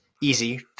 easy